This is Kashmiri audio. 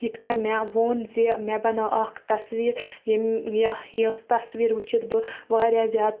یِتھٕ کٔنۍ مےٚ ووٚن زِ مےٚ بَنو اکھ تَصویٖر یِم یا یۄس تَصویٖر وُچھِتھ بہٕ واریاہ زیادٕ